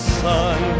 sun